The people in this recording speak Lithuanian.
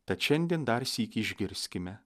tad šiandien dar sykį išgirskime